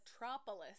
Metropolis